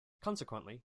consequently